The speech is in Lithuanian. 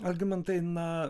algimantai na